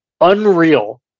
unreal